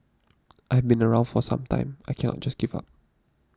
I've been around for some time I can not just give up